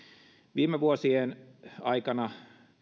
viime vuosien aikana